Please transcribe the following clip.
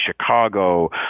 Chicago